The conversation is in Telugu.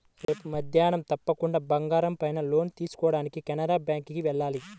రేపు మద్దేన్నం తప్పకుండా బంగారం పైన లోన్ తీసుకోడానికి కెనరా బ్యేంకుకి వెళ్ళాలి